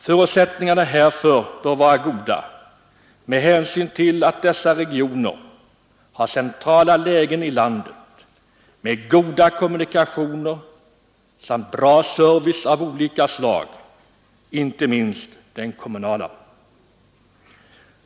Förutsättningarna härför bör vara stora med hänsyn till att dessa regioner har centrala lägen i landet med goda kommunikationer samt bra service av olika slag, inte minst kommunal.